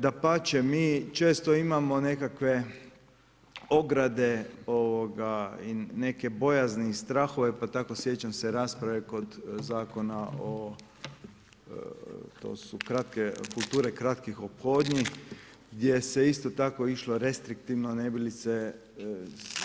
Dapače mi često imamo nekakve ograde i neke bojazni i strahove pa tako sjećam se rasprave kod Zakon o, to su kratke kulture kratkih ophodnji gdje se isto tako išlo restriktivno ne bi li se